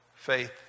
Faith